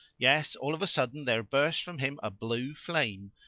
yes, all of a sudden there burst from him a blue flame,